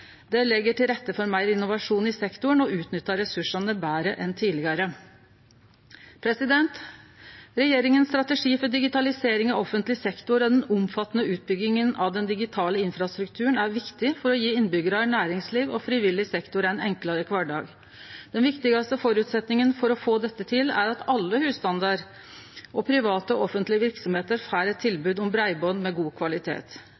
Det legg til rette for meir innovasjon i sektoren og utnyttar ressursane betre enn tidlegare. Regjeringas strategi for digitalisering av offentleg sektor og den omfattande utbygginga av den digitale infrastrukturen er viktig for å gje innbyggjarane, næringsliv og frivillig sektor ein enklare kvardag. Den viktigaste føresetnaden for å få dette til er at alle husstandar og private og offentlege verksemder får eit tilbod om breiband med god kvalitet.